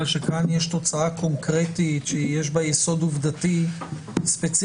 שכאן יש תוצאה קונקרטית שיש בה יסוד עובדתי ספציפי.